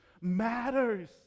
matters